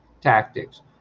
tactics